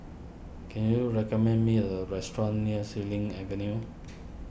can you recommend me a restaurant near Xilin Avenue